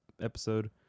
episode